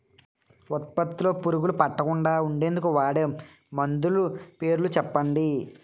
ఉత్పత్తి లొ పురుగులు పట్టకుండా ఉండేందుకు వాడే మందులు పేర్లు చెప్పండీ?